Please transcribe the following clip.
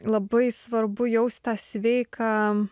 labai svarbu jaust tą sveiką